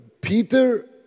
Peter